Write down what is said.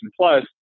plus